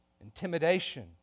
intimidation